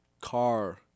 car